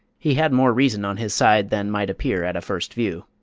he had more reason on his side than might appear at a first view.